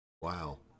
Wow